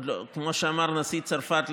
כמו שאמר נשיא צרפת,